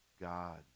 god